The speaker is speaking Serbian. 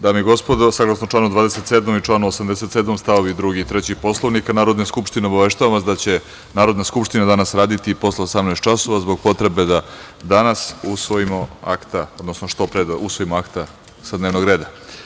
Dame i gospodo, saglasno članu 27. i članu 87. st. 2. i 3. Poslovnika Narodne skupštine, obaveštavam vas da će Narodna skupština danas raditi i posle 18.00 časova, zbog potrebe da što pre usvojimo akta sa dnevnog reda.